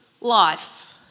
life